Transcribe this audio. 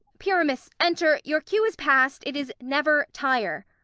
pyramus enter your cue is past it is never tire